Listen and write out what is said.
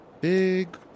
Big